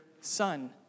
son